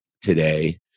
today